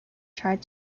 tried